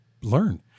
learn